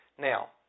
Now